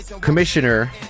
Commissioner